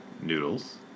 noodles